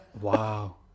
Wow